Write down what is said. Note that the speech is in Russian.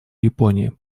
японии